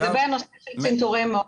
לגבי הנושא של צנתור מוח,